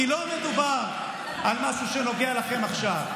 כי לא מדובר על משהו שנוגע לכם עכשיו.